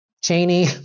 Cheney